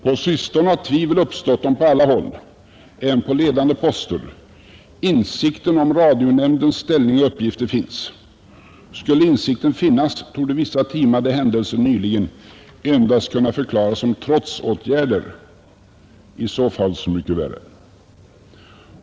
På sistone har tvivel uppstått om på alla håll — även på ledande poster — insikten om radionämndens ställning och uppgifter finns. Skulle insikten finnas torde vissa timade händelser nyligen endast kunna förklaras som trotsåtgärder — i så fall så mycket värre.